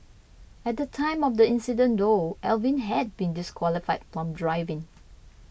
at the time of the incident though Alvin had been disqualified from driving